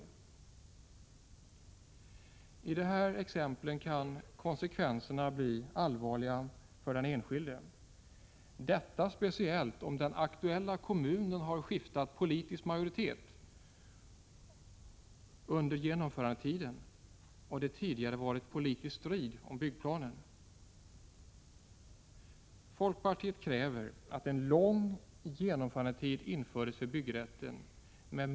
26 november 1986 Som exemplen visar kan konsekvenserna bli allvarliga för den enskilde, = detta speciellt om den aktuella kommunen har skiftat politisk majoritet under genomförandetiden och det tidigare varit politisk strid om byggplanen. Folkpartiet kräver att en lång genomförandetid för byggrätten införs.